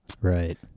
Right